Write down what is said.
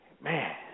Man